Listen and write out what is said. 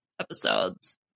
episodes